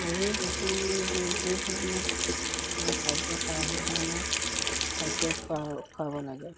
গৰুৱে বহু যি ধৰণে খাদ্য খায় সেইধৰণে খাদ্য খোৱা খুৱাব লাগে